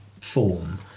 form